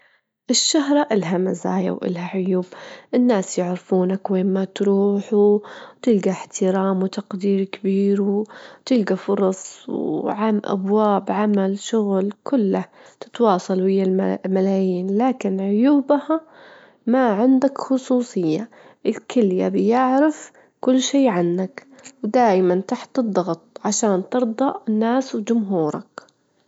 أجيلك متال على تلاتة أرقام أجول مجموعها متلًا الرجم خمسة؛ الرجم تمانية؛ الرجم اتناشر، إذ جمعتها النتيجة بتكون الرجم خمسة وعشرين.